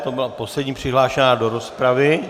To byla poslední přihlášená do rozpravy.